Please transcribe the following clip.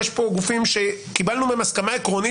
יש פה גופים שקיבלנו מהם הסכמה עקרונית